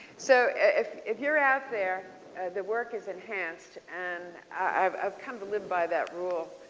so if if you're out there the work is enhanceed and i've i've come to live by that rule.